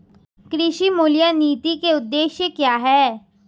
कृषि मूल्य नीति के उद्देश्य क्या है?